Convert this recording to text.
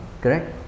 Correct